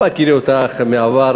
בהכירי אותך מהעבר,